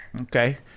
Okay